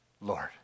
Lord